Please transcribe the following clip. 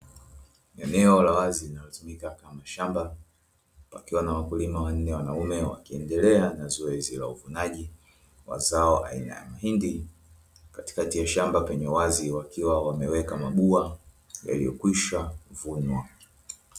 Eneo la wazi linalotumika kama shamba pakiwa na wakulima wanne wanaume wakiendelea na zoezi la uvunaji wa zao aina ya mahindi. Katikati ya shamba penye uwazi, wakiwa wameweka mabua yaliyokwisha kuvunwa.